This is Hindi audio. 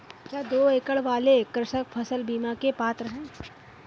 क्या दो एकड़ वाले कृषक फसल बीमा के पात्र हैं?